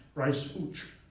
rice hooch,